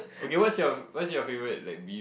okay what's your what's your favorite like beef